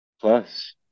Plus